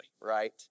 Right